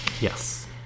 Yes